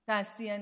תעשיינים,